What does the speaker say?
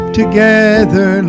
together